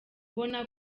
uboneka